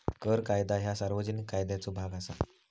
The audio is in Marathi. कर कायदा ह्या सार्वजनिक कायद्याचो भाग असा